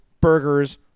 burgers